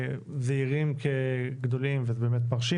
זעירים כגדולים וזה באמת מרשים.